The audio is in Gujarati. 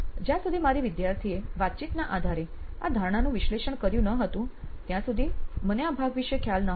જ્યાં સુધી મારી વિદ્યાર્થીએ વાતચીતના આધારે આ ધારણાનું વિશ્લેષણ કર્યું ન હતું ત્યાં સુધી મને ભાગ વિષે ખ્યાલ નહતો